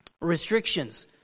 restrictions